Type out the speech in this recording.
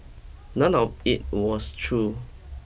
none of it was true